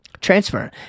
Transfer